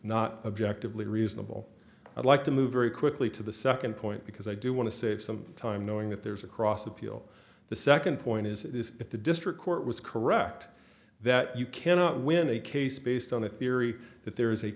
not objectively reasonable i'd like to move very quickly to the second point because i do want to save some time knowing that there's a cross appeal the second point is that the district court was correct that you cannot win a case based on a theory that there is a